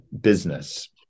business